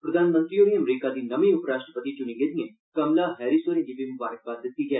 प्रधानमंत्री होरें अमरीका दी नमीं उप राश्ट्रपति च्नी गेदिएं कमला हैरिस होरें'गी बी मुंबारकबाद दित्ती ऐ